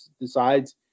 decides